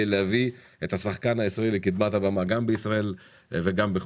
להביא את השחקן הישראלי לקדמת הבמה גם בישראל וגם בחו"ל.